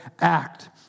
act